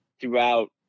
throughout